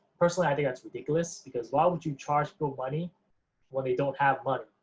personally, i think that's ridiculous because why would you charge people money when they don't have money,